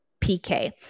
PK